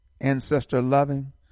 ancestor-loving